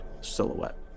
silhouette